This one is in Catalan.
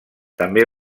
també